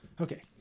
okay